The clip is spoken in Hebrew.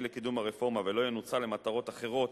לקידום הרפורמה ולא ינוצל למטרות אחרות,